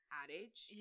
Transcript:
adage